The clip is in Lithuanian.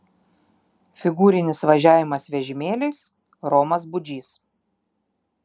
figūrinis važiavimas vežimėliais romas budžys